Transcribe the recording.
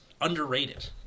underrated